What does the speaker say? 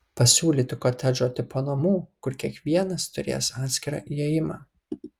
pasiūlyti kotedžų tipo namų kur kiekvienas turės atskirą įėjimą